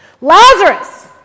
Lazarus